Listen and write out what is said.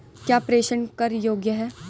क्या प्रेषण कर योग्य हैं?